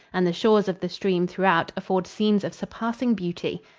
and the shores of the stream throughout afford scenes of surpassing beauty.